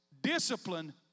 Discipline